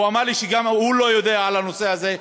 הוא אמר לי שגם הוא לא יודע על הנושא הזה,